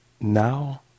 now